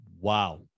Wow